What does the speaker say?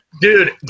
Dude